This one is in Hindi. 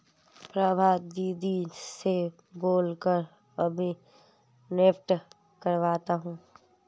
प्रभा दीदी से बोल कर अभी नेफ्ट करवाता हूं